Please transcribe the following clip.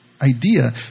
idea